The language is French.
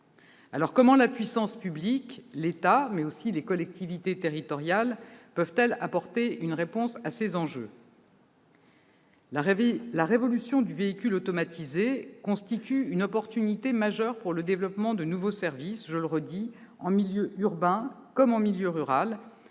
Comment la puissance publique- l'État, mais aussi les collectivités territoriales -peut-elle apporter une réponse face à ces enjeux ? La révolution du véhicule automatisé représente une opportunité majeure pour développer de nouveaux services, en milieu urbain comme en milieu rural,